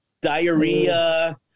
diarrhea